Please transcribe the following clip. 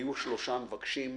היו שלושה מבקשים,